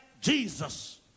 Jesus